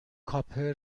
کاپر